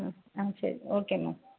ம் ஆ சரி ஓகே மேம்